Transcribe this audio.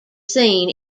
seen